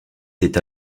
s’est